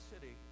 City